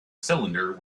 cylinder